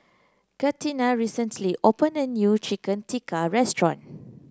Catina recently opened a new Chicken Tikka restaurant